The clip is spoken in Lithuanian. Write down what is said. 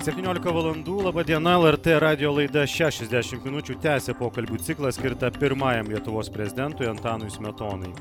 septyniolika valandų laba diena lrt radijo laida šešiasdešimt minučių tęsia pokalbių ciklą skirtą pirmajam lietuvos prezidentui antanui smetonai